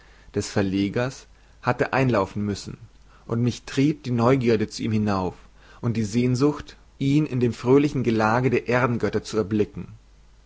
des verlegers hatte einlaufen müssen und mich trieb die neugierde zu ihm hinauf und die sehnsucht ihn in dem fröhlichen gelage der edengötter zu erblicken